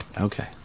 Okay